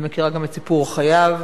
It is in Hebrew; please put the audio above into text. אני מכירה גם את סיפור חייו,